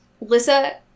Lissa